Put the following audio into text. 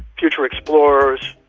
future explorers,